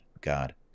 God